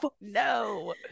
No